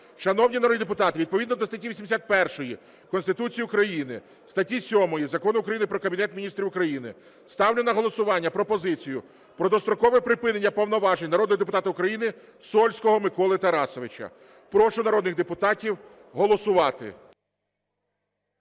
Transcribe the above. Шановні народні депутати, відповідно до статті 81 Конституції України, статті 7 Закону України «Про Кабінет Міністрів України», ставлю на голосування пропозицію про дострокове припинення повноважень народного депутата України Сольського Миколи Тарасовича. Прошу народних депутатів голосувати.